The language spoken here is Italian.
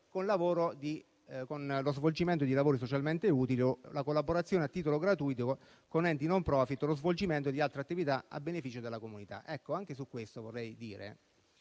con lo svolgimento di lavori socialmente utili o la collaborazione a titolo gratuito con enti non profit o lo svolgimento di altre attività a beneficio della comunità. Oggi dai banchi dell'opposizione